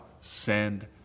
send